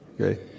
Okay